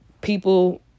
people